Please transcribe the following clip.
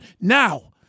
Now